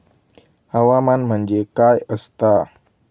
हवामान म्हणजे काय असता?